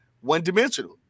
one-dimensional